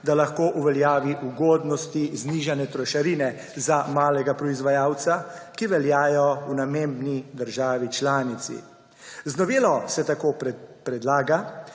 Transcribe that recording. da lahko uveljavi ugodnosti znižane trošarine za malega proizvajalca, ki veljajo v namembni državi članici. Z novelo se tako predlaga,